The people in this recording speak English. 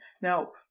now